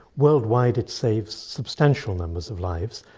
worldwide it saves substantial numbers of lives,